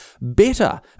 better